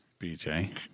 Bj